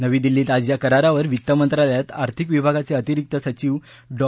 नवी दिल्लीत आज या करारावर वित्त मंत्रालयात आर्थिक विभागाचे अतिरिक्त सचिव डॉ